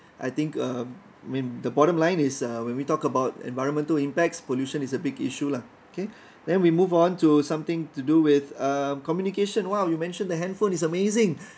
I think uh maybe the bottom line is uh when we talk about environmental impacts pollution is a big issue lah okay then we move on to something to do with uh communication !wow! you mentioned the handphone is amazing